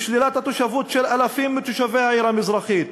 לשלילת התושבות של אלפים מתושבי העיר המזרחית,